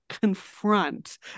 confront